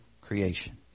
creation